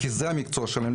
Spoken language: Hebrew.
כי זה המקצוע שלהם,